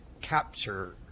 capture